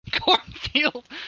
cornfield